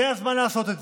זה הזמן לעשות זאת.